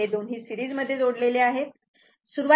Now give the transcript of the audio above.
हे दोन्ही सीरिजमध्ये जोडलेले आहे